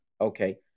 Okay